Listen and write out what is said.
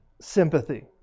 sympathy